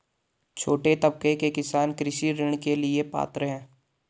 छोटे तबके के किसान कृषि ऋण के लिए पात्र हैं?